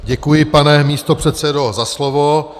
Děkuji, pane místopředsedo, za slovo.